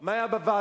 מה היה בוועדות.